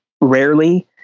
rarely